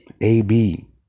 AB